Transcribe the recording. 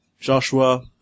Joshua